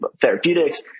therapeutics